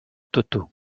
toto